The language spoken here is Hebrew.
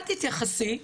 אל תתייחסי,